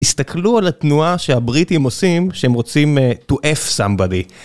הסתכלו על התנועה שהבריטים עושים כשהם רוצים to F somebody.